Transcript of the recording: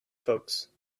folks